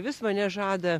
vis mane žada